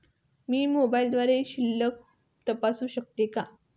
मी मोबाइलद्वारे शिल्लक तपासू शकते का?